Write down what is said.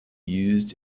used